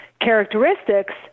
characteristics